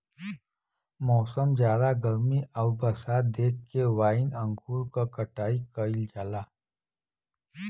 मौसम, जाड़ा गर्मी आउर बरसात देख के वाइन अंगूर क कटाई कइल जाला